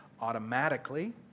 automatically